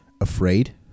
afraid